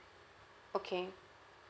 okay